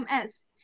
MS